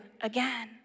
again